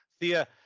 Thea